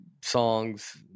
songs